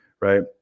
right